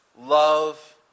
love